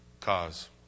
cause